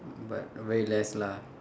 but very less lah